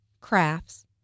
crafts